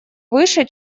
выше